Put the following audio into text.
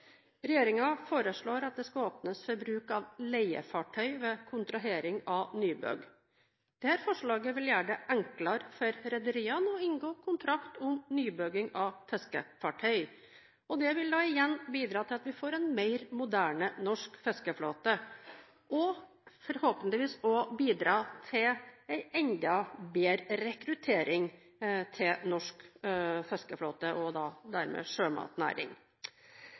foreslår at det skal åpnes for bruk av leiefartøy ved kontrahering av nybygg. Dette forslaget vil gjøre det enklere for rederiene å inngå kontrakt om nybygging av fiskefartøy. Det vil igjen bidra til at vi får en mer moderne norsk fiskeflåte, og forhåpentligvis også bidra til en enda bedre rekruttering til norsk fiskeflåte og dermed